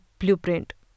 blueprint